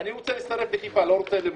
ואני רוצה להצטרף לחיפה, לא רוצה למוצקין.